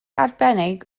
arbennig